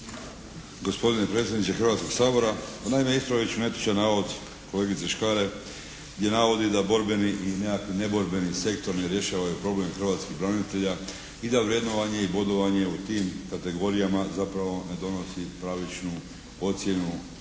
Gospodine predsjedniče Hrvatskog sabora. Naime ispravit ću netočan navod kolegice Škare gdje navodi da borbeni i nekakvi neborbeni sektor ne rješavaju problem hrvatskih branitelja i da vrednovanje i bodovanje u tim kategorijama zapravo ne donosi pravičnu ocjenu